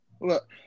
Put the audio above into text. look